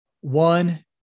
One